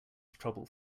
trouble